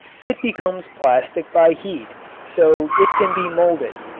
it becomes plastic by heat so it can be molded,